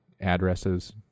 addresses